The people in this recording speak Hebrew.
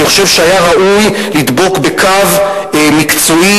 אני חושב שהיה ראוי לדבוק בקו מקצועי,